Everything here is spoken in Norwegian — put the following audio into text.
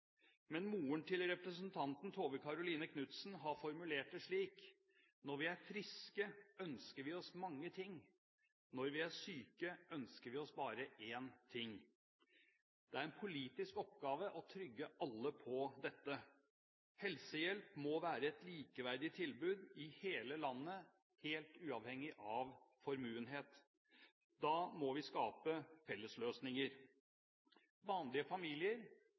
men moren til representanten Tove Karoline Knutsen har formulert det slik: Når vi er friske, ønsker vi oss mange ting, når vi er syke, ønsker vi oss bare én ting. Det er her en politisk oppgave å sikre trygghet for alle. Helsehjelp må være et likeverdig tilbud i hele landet helt uavhengig av formue. Da må vi skape fellesløsninger. Vanlige familier